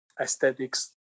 Aesthetics